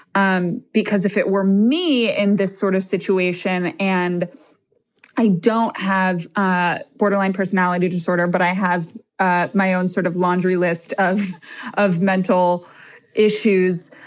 um because if it were me in this sort of situation and i don't have ah borderline personality disorder, but i have ah my own sort of laundry list of of mental issues.